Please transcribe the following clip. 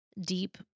deep